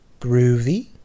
Groovy